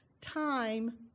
time